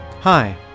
Hi